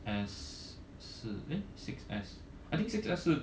S 是 eh six S I think six S 是